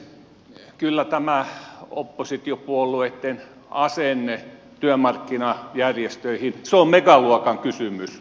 kyllä tämä oppositiopuolueitten asenne työmarkkinajärjestöihin on megaluokan kysymys